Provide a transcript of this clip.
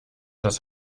das